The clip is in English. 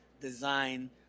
design